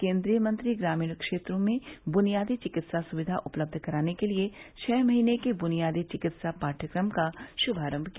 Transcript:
केन्द्रीय मंत्री ग्रामीण क्षेत्रों में बुनियादी विकित्सा सुविधा उपलब्ध कराने के लिए छः महीने के बुनियादी चिकित्सा पाठ्यक्रम का शुभारम्भ किया